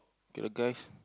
okay lah guys